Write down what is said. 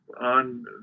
on